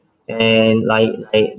and like a